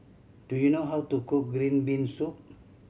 do you know how to cook green bean soup